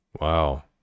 Wow